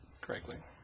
correctly